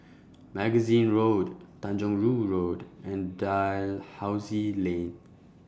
Magazine Road Tanjong Rhu Road and Dalhousie Lane